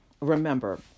remember